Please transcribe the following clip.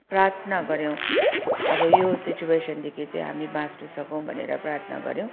प्रार्थना गऱ्यौँ अब यो सिचुवेसनदेखि चाहिँ हामी बाच्नसकौँ भनेर प्रार्थना गऱ्यौँ